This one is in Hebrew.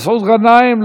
מסעוד גנאים.